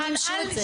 שלא מימשו את זה.